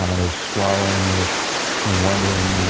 ah there is swelling. you're you're wondering, you know